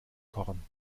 korn